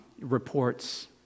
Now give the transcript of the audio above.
reports